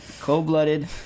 Cold-Blooded